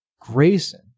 Grayson